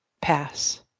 Pass